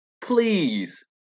please